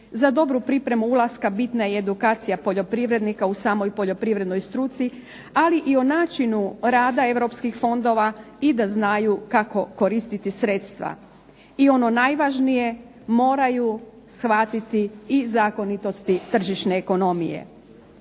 za dobru pripremu ulaska bitna je i edukacija poljoprivrednika u samoj poljoprivrednoj struci, ali i o načinu rada europskih fondova, i da znaju kako koristiti sredstva. I ono najvažnije, moraju shvatiti i zakonitosti tržišne ekonomije.